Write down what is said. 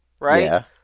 Right